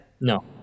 No